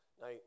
Now